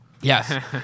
Yes